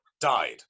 died